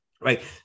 right